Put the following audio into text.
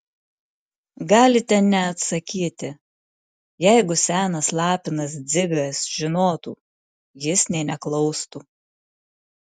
galite neatsakyti jeigu senas lapinas dzigas žinotų jis nė neklaustų